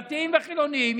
דתיים וחילונים,